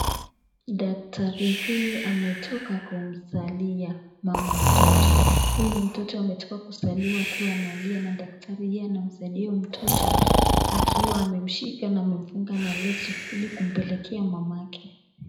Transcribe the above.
Dakatari huyu ametoka kumzalia mama mtoto. Huyu ni mtoto ametoka kuzaliwa akiwa analia na daktari anamsaidia huyo mtoto akiwa amemshika na amemfunga na leso ili kumpelekea mamake.